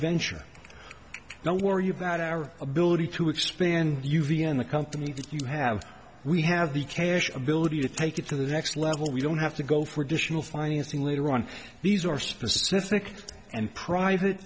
venture don't worry about our ability to expand you begin the company you have we have the cash ability to take it to the next level we don't have to go for additional financing later on these are specific and private